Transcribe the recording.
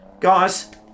Guys